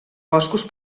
boscos